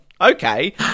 okay